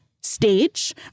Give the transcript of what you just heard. stage